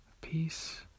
peace